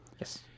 Yes